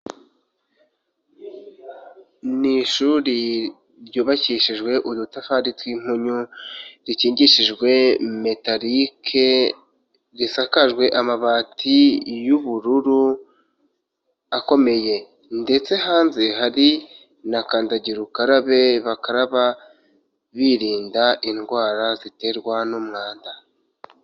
Ni ishuri ryubakishijwe udutafari tw'impunyu zikingishijwe metalike, risakajwe amabati y'ubururu akomeye, ndetse hanze hari na kandagira ukarabe bakaraba birinda indwara ziterwa n'umwanda.